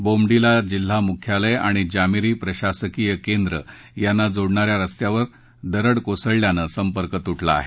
बोमडिला जिल्हा मुख्यालय आणि जामीरी प्रशासकीय केंद्र यांना जोडणा या रस्त्यावर दरड कोसळल्यानं संपर्क तुटला आहे